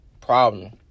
problem